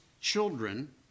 children